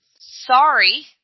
sorry